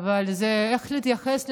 איך להתייחס לזה?